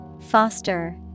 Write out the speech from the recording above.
Foster